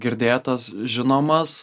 girdėtas žinomas